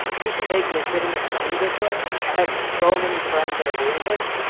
you can make legitimate money this way. i have so many friends that are doing this,